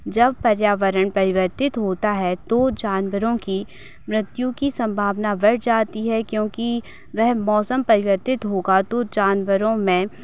जब पर्यावरण परिवर्तित होता है तो जानवरों की मृत्यु की संभावना बढ़ जाती है क्योंकि वह मौसम परिवर्तित होगा तो जानवरों में